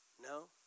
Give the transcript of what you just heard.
No